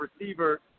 receiver